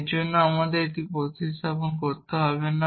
এর অর্থ আমাদের এটি প্রতিস্থাপন করতে হবে না